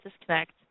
disconnect